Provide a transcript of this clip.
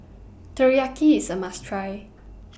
Teriyaki IS A must Try